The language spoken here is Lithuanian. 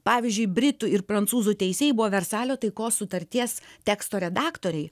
pavyzdžiui britų ir prancūzų teisėjai buvo versalio taikos sutarties teksto redaktoriai